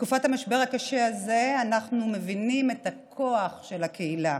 בתקופת המשבר הקשה הזה אנחנו מבינים את הכוח של הקהילה.